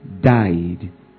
died